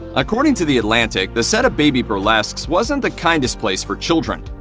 according to the atlantic, the set of baby burlesks wasn't the kindest place for children.